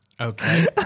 Okay